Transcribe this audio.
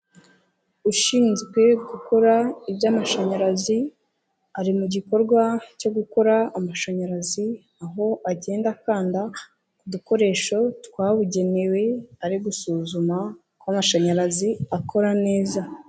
Ushinzwe gukora iby'amashanyarazi, ari mu gikorwa cyo gukora amashanyarazi, aho agenda akanda ku dukoresho twabugenewe ari gusuzu ko amashanyarazi akora neza.